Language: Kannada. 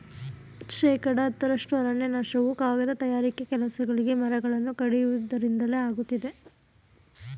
ಶೇಕಡ ಹತ್ತರಷ್ಟು ಅರಣ್ಯನಾಶವು ಕಾಗದ ತಯಾರಿಕೆ ಕೆಲಸಗಳಿಗೆ ಮರಗಳನ್ನು ಕಡಿಯುವುದರಿಂದಲೇ ಆಗುತ್ತಿದೆ